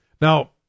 Now